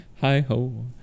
hi-ho